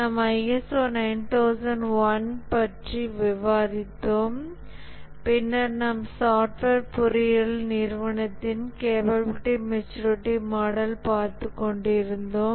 நாம் ISO 9001 பற்றி விவாதித்தோம் பின்னர் நாம் சாஃப்ட்வேர் பொறியியல் நிறுவனத்தின் கேப்பபிளிட்டி மெச்சூரிட்டி மாடல் பார்த்துக் கொண்டிருந்தோம்